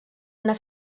una